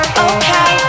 okay